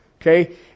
Okay